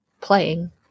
playing